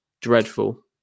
Dreadful